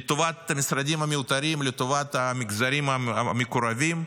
לטובת משרדים מיותרים, לטובת מגזרים מקורבים.